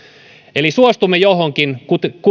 eli suostumme johonkin